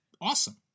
awesome